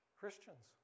christians